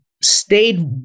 stayed